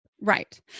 Right